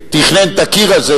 שתכנן את הקיר הזה,